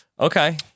Okay